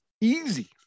easy